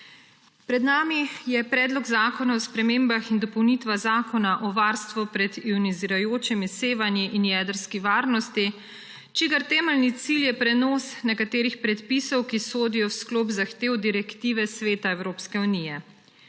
Pred nami je Predlog zakona o spremembah in dopolnitvah Zakona o varstvu pred ionizirajočimi sevanji in jedrski varnosti, čigar temeljni cilj je prenos nekaterih predpisov, ki sodijo v sklop zahtev direktive Sveta Evropske unije.